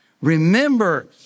remember